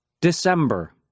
December